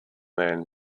men